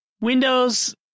Windows